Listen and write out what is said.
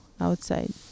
outside